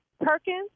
Perkins